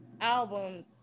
albums